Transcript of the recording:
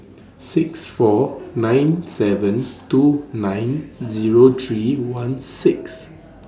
six four nine seven two nine Zero three one six